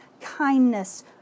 kindness